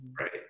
right